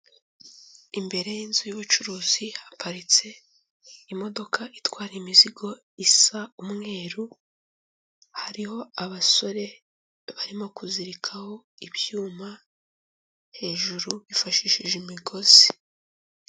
Imbere y’inzu y’ubucuruzi haparitse imodoka itwara imizigo isa umweru, hariho abasore barimo kuzirikaho ibyuma hejuru bifashishije imigozi.